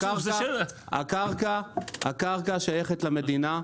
הקרקע, הקרקע שייכת למדינה.